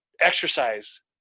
exercise